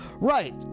Right